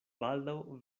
baldaŭ